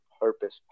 purpose